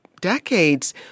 decades